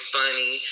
funny